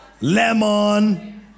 lemon